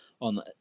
on